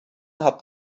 hat